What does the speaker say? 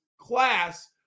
class